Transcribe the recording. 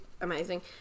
amazing